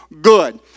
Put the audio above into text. good